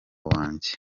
wanjye